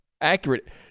accurate